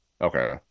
Okay